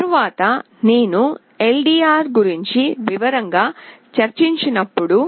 తరువాత నేను ఎల్డిఆర్ గురించి వివరంగా చర్చించినప్పుడు